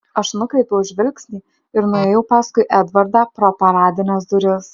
aš nukreipiau žvilgsnį ir nuėjau paskui edvardą pro paradines duris